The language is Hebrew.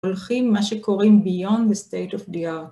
הולכים מה שקוראים Beyond the State of the Art.